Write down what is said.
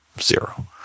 zero